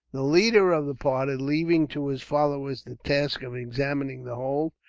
the leader of the party, leaving to his followers the task of examining the hold,